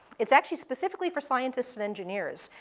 it's actually specifically for scientists and engineers,